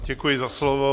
Děkuji za slovo.